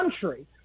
country